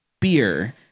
beer